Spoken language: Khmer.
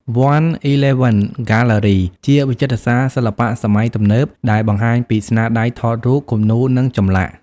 វ័ន អេទ្បេវិន ហ្គាទ្បឺរី ជាវិចិត្រសាលសិល្បៈសម័យទំនើបដែលបង្ហាញពីស្នាដៃថតរូប គំនូរ និងចម្លាក់។